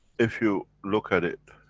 if you look at it.